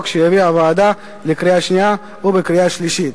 החוק שהביאה הוועדה לקריאה שנייה ולקריאה שלישית.